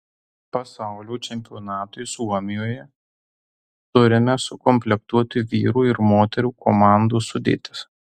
pasaulio čempionatui suomijoje turime sukomplektuoti vyrų ir moterų komandų sudėtis